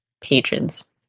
patrons